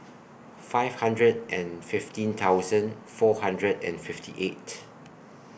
five hundred and fifteen thousand four hundred and fifty eight